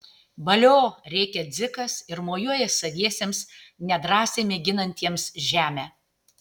valio rėkia dzikas ir mojuoja saviesiems nedrąsiai mėginantiems žemę